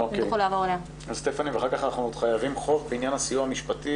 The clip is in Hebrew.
לגבי סעיף 15(א),